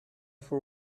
for